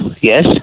yes